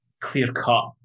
clear-cut